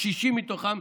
60,000 מתוכם,